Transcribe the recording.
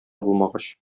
булмагач